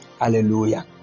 Hallelujah